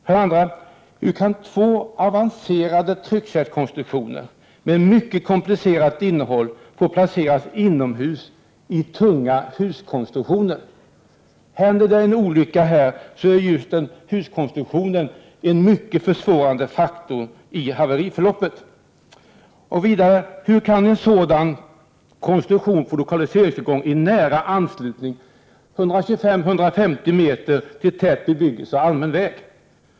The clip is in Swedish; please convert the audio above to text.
— Hur kan två avancerade tryckkärlskonstruktioner med mycket komplicerat innehåll få placeras inomhus i tunga huskonstruktioner? Händer en olycka så är just huskonstruktionen en starkt försvårande faktor i haveriförloppet. - Hur kan en sådan konstruktion få lokaliseringstillstånd i nära anslutning till tät bebyggelse och allmän väg?